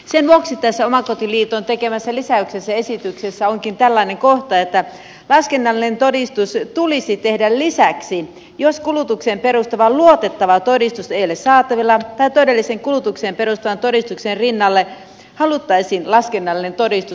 sen vuoksi tässä omakotiliiton tekemässä lisäyksessä esityksessä onkin tällainen kohta että laskennallinen todistus tulisi tehdä lisäksi jos kulutukseen perustuvaa luotettavaa todistusta ei ole saatavilla tai todelliseen kulutukseen perustuvan todistuksen rinnalle haluttaisiin laskennallinen todistus